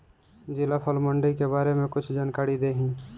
जिला फल मंडी के बारे में कुछ जानकारी देहीं?